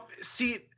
see